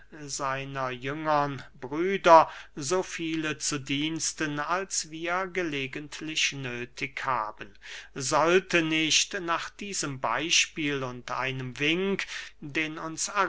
seiner jüngern brüder so viele zu diensten als wir gelegenheitlich nöthig haben sollte nicht nach diesem beyspiel und einem wink den